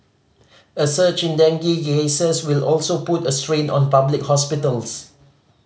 a surge in dengue cases will also put a strain on public hospitals